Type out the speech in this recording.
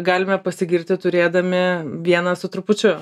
galime pasigirti turėdami vieną su trupučiu